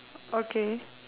okay